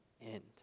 end